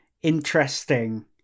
interesting